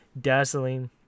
Dazzling